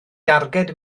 darged